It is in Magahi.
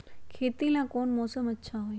खेती ला कौन मौसम अच्छा होई?